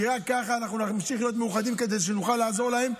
כי רק ככה נמשיך להיות מאוחדים כדי שנוכל לעזור להם.